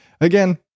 again